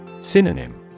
Synonym